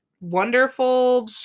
wonderful